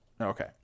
Okay